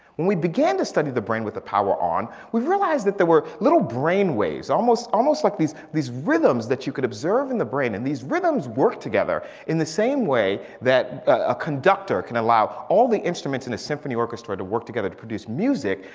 when we began to study the brain with the power on, we've realized that there were. little brain waves, almost almost like these these rhythms that you could observe in the brain and these rhythms worked together in the same way that a conductor can allow. all the instruments in a symphony orchestra to work together to product music.